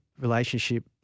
relationship